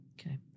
Okay